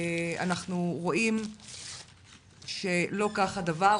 אנחנו רואים שלא כך הדבר.